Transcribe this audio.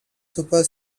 super